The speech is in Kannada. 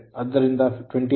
ಆದ್ದರಿಂದ 201520